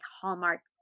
Hallmark